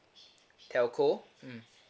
telco mm